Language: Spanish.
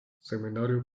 seminario